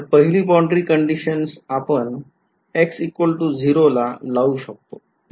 तर पहिली boundary condition आपण x 0 ला लावू शकतो